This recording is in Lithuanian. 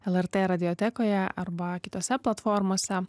lrt radiotekoje arba kitose platformose